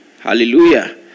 Hallelujah